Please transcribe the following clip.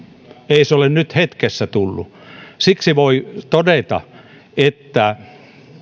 ei se ole nyt hetkessä tullut siksi voi todeta että